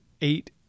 eight